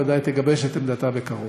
וודאי תגבש את עמדתה בקרוב.